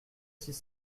six